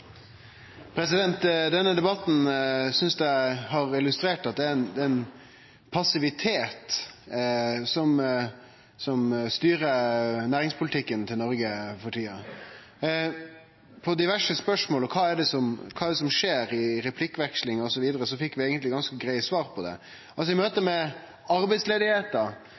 passivitet som styrer næringspolitikken til Noreg for tida. På diverse spørsmål i replikkveksling osv. om kva det er som skjer, fekk vi eigentleg ganske greie svar på det. I møte med